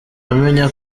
amenya